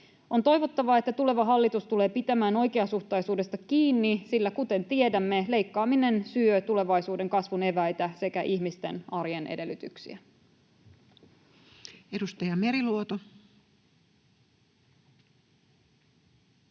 On toivottavaa, että tuleva hallitus tulee pitämään oikeasuhtaisuudesta kiinni, sillä kuten tiedämme, leikkaaminen syö tulevaisuuden kasvun eväitä sekä ihmisten arjen edellytyksiä. Edustaja Meriluoto.